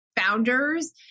founders